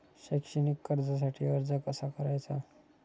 शैक्षणिक कर्जासाठी अर्ज कसा करायचा?